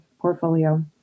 portfolio